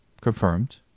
confirmed